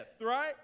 right